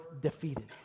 defeated